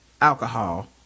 Alcohol